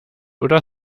oder